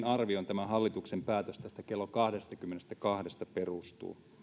arvioon tämä hallituksen päätös tästä kello kahdestakymmenestäkahdesta perustuu